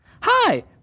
Hi